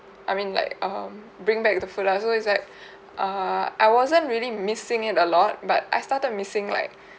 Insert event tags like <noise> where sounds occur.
I mean like um bring back the food ah so it's like <breath> err I wasn't really missing it a lot but I started missing like <breath>